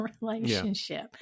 relationship